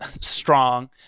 strong